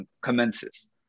commences